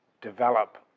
develop